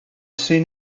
scene